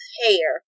hair